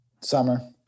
Summer